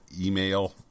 email